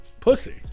pussy